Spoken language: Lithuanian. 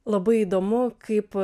labai įdomu kaip